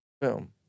Boom